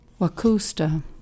wakusta